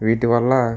వీటివల్ల